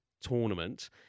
tournament